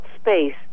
space